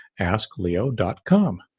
AskLeo.com